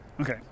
okay